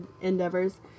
endeavors